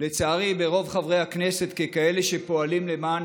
ברוב חברי הכנסת כאלה שפועלים למען